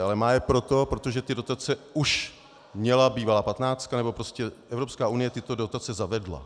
Ale má je proto, protože ty dotace už měla bývalá patnáctka, nebo prostě Evropská unie tyto dotace zavedla.